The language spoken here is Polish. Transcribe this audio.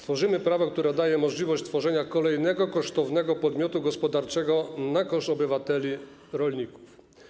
Tworzymy prawo, które daje możliwość utworzenia kolejnego kosztownego podmiotu gospodarczego na koszt obywateli, rolników.